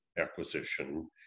acquisition